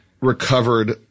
recovered